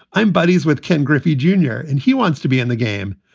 i'm buddies with ken griffey junior and he wants to be in the game.